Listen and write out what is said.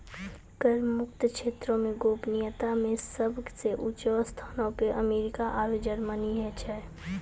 कर मुक्त क्षेत्रो मे गोपनीयता मे सभ से ऊंचो स्थानो पे अमेरिका आरु जर्मनी छै